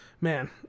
man